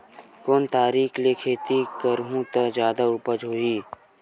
कोन तरीका ले खेती करहु त जादा उपज होही?